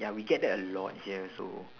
ya we get that a lot here so